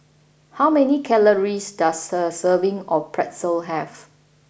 how many calories does a serving of Pretzel have